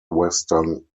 western